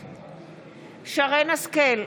נגד שרן מרים השכל,